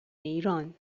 ایران